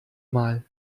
mal